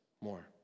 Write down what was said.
more